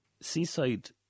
Seaside